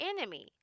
enemy